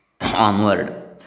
onward